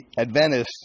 Adventists